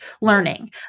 learning